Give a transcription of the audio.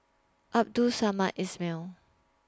Abdul Samad Ismail